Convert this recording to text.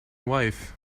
wife